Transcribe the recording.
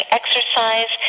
exercise